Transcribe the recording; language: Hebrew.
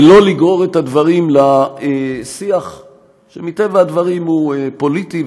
ולא לגרור את הדברים לשיח שמטבע הדברים הוא פוליטי,